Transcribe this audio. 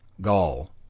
gall